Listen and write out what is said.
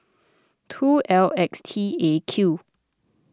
two L X T A Q